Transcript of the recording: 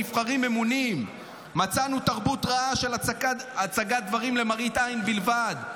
נבחרים וממונים --- מצאנו תרבות רעה של הצגת דברים למראית עין בלבד",